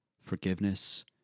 forgiveness